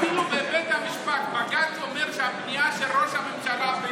אפילו בבית המשפט בג"ץ אומר שהבנייה של ראש הממשלה,